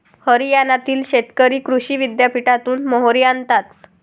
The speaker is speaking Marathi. हरियाणातील शेतकरी कृषी विद्यापीठातून मोहरी आणतात